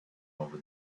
over